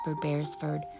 Beresford